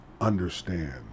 understand